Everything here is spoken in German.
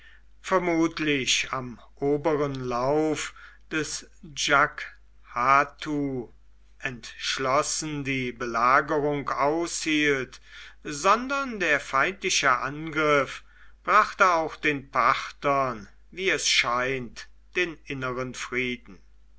vermutlich am oberen lauf des djaghatu entschlossen die belagerung aushielt sondern der feindliche angriff brachte auch den parthern wie es scheint den inneren frieden